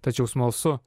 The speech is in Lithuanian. tačiau smalsu